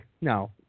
No